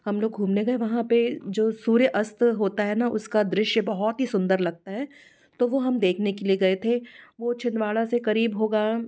हम लोग घूमने गए वहाँ पर जो सूर्य अस्त होता है ना उसका दृश्य बहुत ही सुंदर लगता है तो वो हम देखने के लिए गए थे वो छिंदवाड़ा से करीब होगा